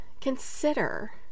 consider